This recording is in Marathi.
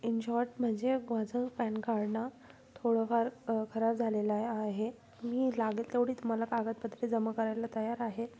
इन शॉर्ट म्हणजे माझं पॅन कार्डनं थोडंफार खराब झालेला आहे आहे मी लागेल तेवढी तुम्हाला कागदपत्रे जमा करायला तयार आहे